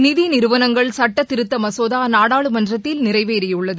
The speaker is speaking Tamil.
நிதிநிறுவனங்கள் சட்டத் திருத்தமசோதாநாடாளுமன்றத்தில் நிறைவேறியுள்ளது